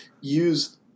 use